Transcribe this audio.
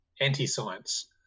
anti-science